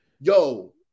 yo